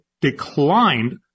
declined